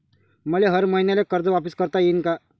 मले हर मईन्याले कर्ज वापिस करता येईन का?